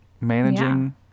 managing